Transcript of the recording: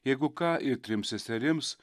jeigu ką ir trims seserims